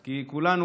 כי כולנו,